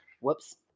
Whoops